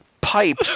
pipe